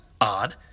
odd